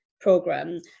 program